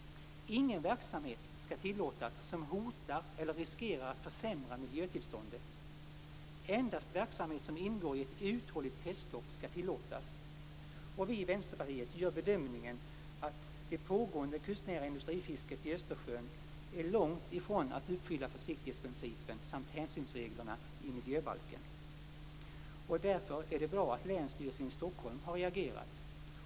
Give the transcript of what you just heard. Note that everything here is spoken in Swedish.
Ingen verksamhet skall tillåtas som hotar eller riskerar att försämra miljötillståndet. Endast verksamhet som ingår i ett uthålligt kretslopp skall tillåtas. Och vi i Vänsterpartiet gör bedömningen att det pågående kustnära industrifisket i Östersjön långtifrån uppfyller försiktighetsprincipen samt hänsynsreglerna i miljöbalken. Därför är det bra att Länsstyrelsen i Stockholm har reagerat.